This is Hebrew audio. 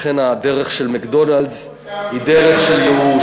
לכן הדרך של "מקדונלד'ס" היא דרך של ייאוש.